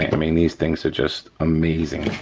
i mean these things are just amazing,